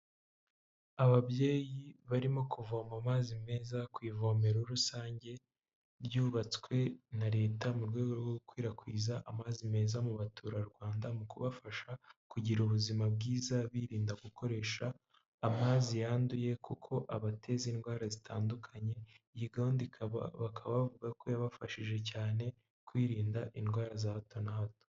Ababyeyi barimo kuvoma amazi meza ku ivomero rusange ryubatswe na leta mu rwego rwo gukwirakwiza amazi meza mu baturarwanda mu kubafasha kugira ubuzima bwiza, birinda gukoresha amazi yanduye kuko abateza indwara zitandukanye. Iyi gahunda ikaba bakaba bavuga ko yabafashije cyane kwirinda indwara za hato na hato.